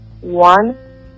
one